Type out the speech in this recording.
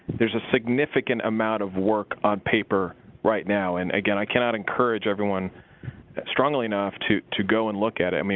there's a significant amount of work on paper right now and again, i cannot encourage everyone strongly enough to to go and look at i mean